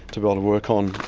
to be able to work on